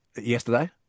yesterday